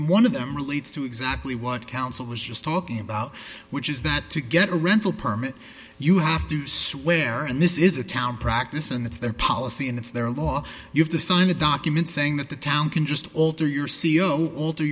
and one of them relates to exactly what counsel was just talking about which is that to get a rental permit you have to swear and this is a town practice and it's their policy and it's their law you have to sign a document saying that the town can just alter your c e o alter